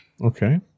Okay